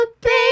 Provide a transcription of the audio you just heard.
baby